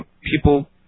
people